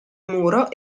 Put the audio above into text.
muro